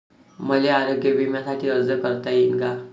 मले आरोग्य बिम्यासाठी अर्ज करता येईन का?